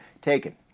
taken